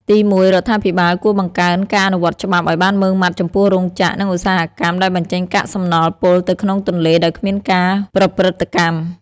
ទីមួយ រដ្ឋាភិបាលគួរបង្កើនការអនុវត្តច្បាប់ឱ្យបានម៉ឺងម៉ាត់ចំពោះរោងចក្រ និងឧស្សាហកម្មដែលបញ្ចេញកាកសំណល់ពុលទៅក្នុងទន្លេដោយគ្មានការប្រព្រឹត្តកម្ម។